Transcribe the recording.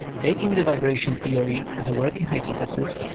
taking the vibration theory as a working hypothesis,